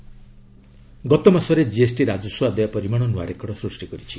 GST collection ଗତ ମାସରେ GST ରାଜସ୍ୱ ଆଦାୟ ପରିମାଣ ନୂଆ ରେକର୍ଡ଼ ସୃଷ୍ଟି କରିଛି